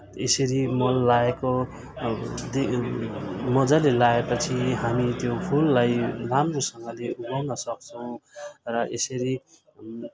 यसरी मल लाएको मजाले लाएपछि हामी त्यो फुललाई राम्रोसँगले उगाउन सक्छौँ र यसरी